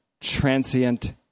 transient